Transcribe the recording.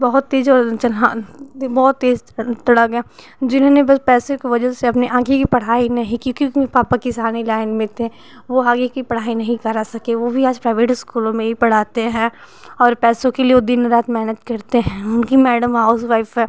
बहुत तेज़ और बहुत तेज़ गया जिन्होंने पैसे के वजह से अपने आगे की पढ़ाई नहीं की क्योंकि उनके पापा किसानी लाइन में थे वो आगे की पढ़ाई नहीं करा सके वो भी आज प्राइवेट इस्कूलों में ही पढ़ाते हैं और पैसों के लिए वो दिन रात मेहनत करते हैं उनकी मैडम हाउसवाइफ़ है